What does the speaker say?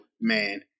man